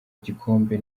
igikombe